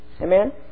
Amen